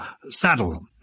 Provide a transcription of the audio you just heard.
Saddle